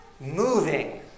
moving